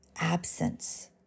absence